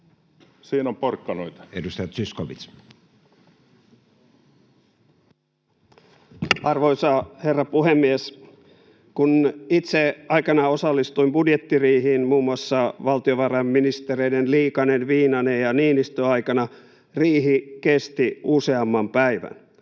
energiamarkkinoihin Time: 17:17 Content: Arvoisa herra puhemies! Kun itse aikanaan osallistuin budjettiriihiin muun muassa valtiovarainministereiden Liikanen, Viinanen ja Niinistö aikana, riihi kesti useamman päivän.